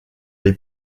les